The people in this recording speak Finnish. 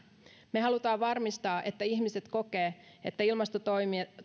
me haluamme varmistaa että ihmiset kokevat että ilmastotoimet